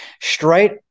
straight